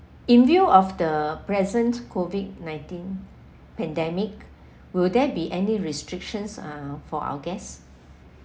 in view of the present COVID nineteen pandemic will there be any restrictions uh for our guests